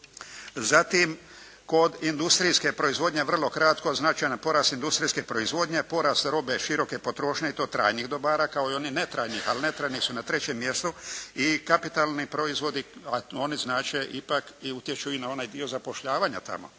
Zatim kod industrijske proizvodnje vrlo kratko, značajni porast industrijske proizvodnje, porast robe široke potrošnje i to trajnih dobara kao i onih netrajnih, ali netrajni su na trećem mjestu i kapitalni proizvodi, a oni znače ipak i utječu i na onaj dio zapošljavanja tamo.